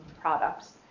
products